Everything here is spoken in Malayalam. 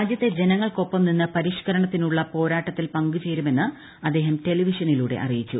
രാജ്യത്തെ ജനങ്ങൾക്കൊപ്പം നിന്ന് പരിഷ്ക്കരണത്തിനുള്ള പോരാട്ടത്തിൽ പങ്കുചേരുമെന്ന് അദ്ദേഹം ടെലിവിഷനിലൂടെ അറിയിച്ചു